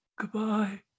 goodbye